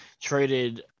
traded